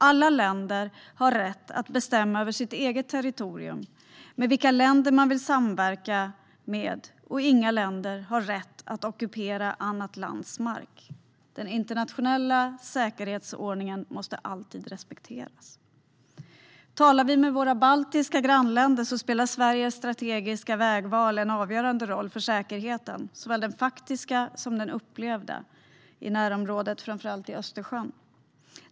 Alla länder har rätt att bestämma över sitt eget territorium och vilka länder man vill samverka med, och inga länder har rätt att ockupera annat lands mark. Den internationella säkerhetsordningen måste alltid respekteras. För våra baltiska grannländer spelar Sveriges strategiska vägval en avgörande roll för säkerheten - såväl den faktiska som den upplevda - i närområdet, framför allt i Östersjön.